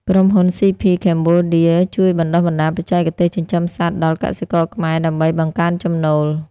ក្រុមហ៊ុន ស៊ី ភី ខេមបូឌា (CP Cambodia) ជួយបណ្ដុះបណ្ដាលបច្ចេកទេសចិញ្ចឹមសត្វដល់កសិករខ្មែរដើម្បីបង្កើនចំណូល។